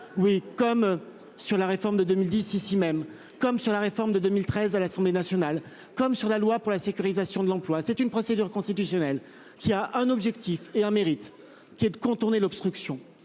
oui comme sur la réforme de 2010, ici même, comme sur la réforme de 2013, à l'Assemblée nationale comme sur la loi pour la sécurisation de l'emploi, c'est une procédure constitutionnelle qui a un objectif et un mérite qui est de contourner l'obstruction